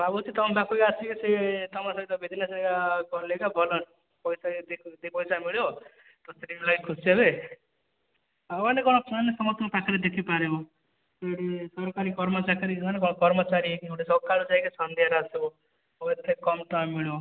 ମୁଁ ଭାବୁଛି ତମ ପାଖକୁ ବି ଆସିବି ସେ ତମ ସହିତ ବିଜ୍ନେସ କଲେ ବି ଭଲ ପଇସା ବି ଦୁଇ ପଇସା ମିଳିବ ତ ସ୍ତ୍ରୀ ପିଲା ଖୁସି ହେବେ ଆଉ ମାନେ କଣ ସେମାନେ ସମସ୍ତଙ୍କୁ ପାଖରେ ଦେଖିପାରିବୁ ସରକାରୀ କର୍ମଚାରୀ କର୍ମଚାରୀ ହେଇକି ଗୋଟେ ସକାଳୁ ଯାଇକି ସନ୍ଧ୍ୟାରେ ଆସିବୁ ଆଉ ଏତେ କମ ଟଙ୍କା ମିଳିବ